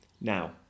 Now